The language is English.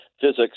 physics